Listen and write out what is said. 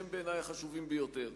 שהם בעיני החשובים ביותר: